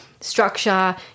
structure